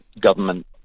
government